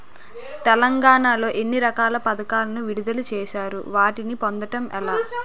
తెలంగాణ లో ఎన్ని రకాల పథకాలను విడుదల చేశారు? వాటిని పొందడం ఎలా?